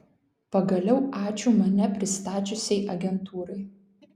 pagaliau ačiū mane pristačiusiai agentūrai